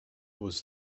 was